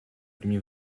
primi